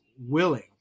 willing